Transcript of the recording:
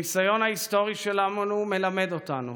הניסיון ההיסטורי שלנו מלמד אותנו